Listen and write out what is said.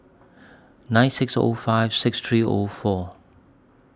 nine six O five six three O four